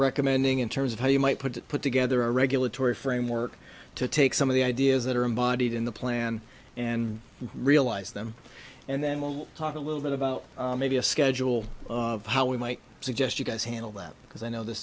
recommending in terms of how you might put it put together a regulatory framework to take some of the ideas that are embodied in the plan and realize them and then we'll talk a little bit about maybe a schedule of how we might suggest you guys handle that because i know th